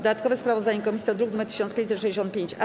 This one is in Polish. Dodatkowe sprawozdanie komisji to druk nr 1565-A.